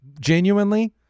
genuinely